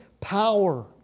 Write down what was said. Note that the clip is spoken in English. power